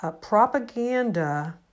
propaganda